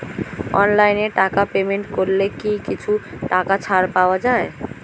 অনলাইনে টাকা পেমেন্ট করলে কি কিছু টাকা ছাড় পাওয়া যায়?